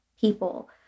people